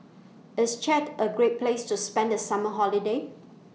IS Chad A Great Place to spend The Summer Holiday